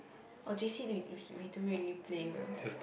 oh J_C w~ we don't really play uh